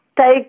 take